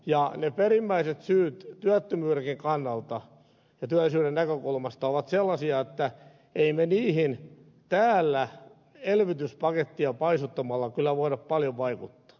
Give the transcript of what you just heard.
ne perimmäiset syyt työttömyydenkin kannalta ja työllisyyden näkökulmasta ovat sellaisia että emme me niihin täällä elvytyspakettia paisuttamalla kyllä voida paljon vaikuttaa